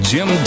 Jim